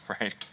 right